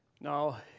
Now